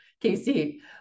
Casey